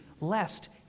lest